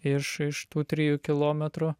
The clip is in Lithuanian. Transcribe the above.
iš iš tų trijų kilometrų